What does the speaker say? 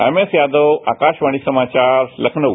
MS Yadav Akashvani समाचार लखनऊ